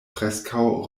preskaŭ